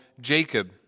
Jacob